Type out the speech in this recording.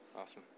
Awesome